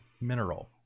mineral